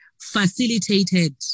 Facilitated